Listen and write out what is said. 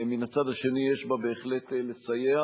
ומן הצד השני יש בה בהחלט כדי לסייע.